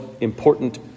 important